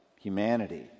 humanity